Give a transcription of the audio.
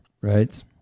right